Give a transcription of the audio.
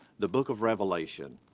the book of revelation.